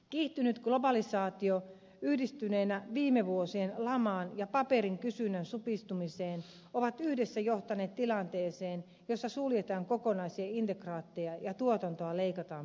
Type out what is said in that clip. kiihtynyt globalisaatio yhdistyneenä viime vuosien lamaan ja paperin kysynnän supistumiseen on johtanut tilanteeseen jossa suljetaan kokonaisia integraatteja ja tuotantoa leikataan pysyvästi